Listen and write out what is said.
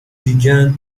began